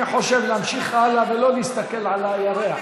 אני חושב, להמשיך הלאה ולא להסתכל על הירח.